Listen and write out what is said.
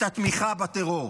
את התמיכה בטרור.